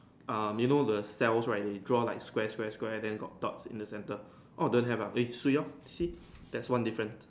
um you know the cells right they draw like square square square then got dot in the center orh don't have ah swee lor see that's one different